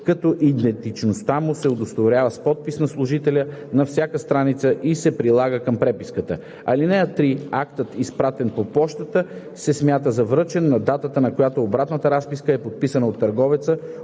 като идентичността му се удостоверява с подпис на служителя на всяка страница и се прилага към преписката. (3) Актът, изпратен по пощата, се смята за връчен на датата, на която обратната разписка е подписана от търговеца,